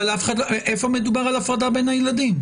איפה מדובר על הפרדה בין הילדים?